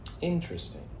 Interesting